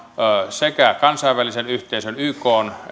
sekä kansainvälisen yhteisön ykn